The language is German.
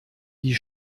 die